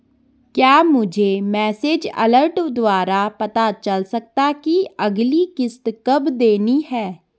क्या मुझे message alert द्वारा पता चल सकता कि अगली किश्त कब देनी है?